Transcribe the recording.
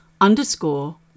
underscore